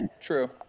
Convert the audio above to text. true